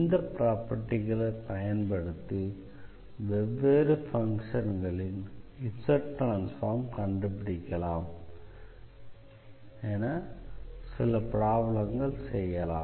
இந்த ப்ராப்பர்டிகளை பயன்படுத்தி வெவ்வேறு ஃபங்க்ஷன்களின் Z ட்ரான்ஸ்ஃபார்ம் கண்டுபிடிக்கலாம் என சில ப்ராப்ளங்கள் செய்யலாம்